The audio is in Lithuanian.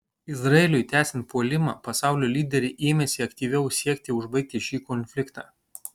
izraeliui tęsiant puolimą pasaulio lyderiai ėmėsi aktyviau siekti užbaigti šį konfliktą